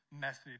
message